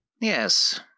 Yes